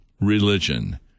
religion